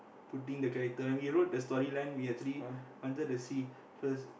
putting the character when we wrote the story line we actually wanted to see first